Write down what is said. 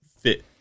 fit